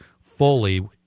fully